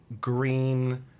green